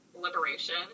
liberation